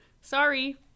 sorry